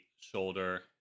shoulder